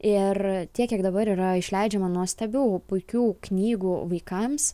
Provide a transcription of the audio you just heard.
ir tiek kiek dabar yra išleidžiama nuostabių puikių knygų vaikams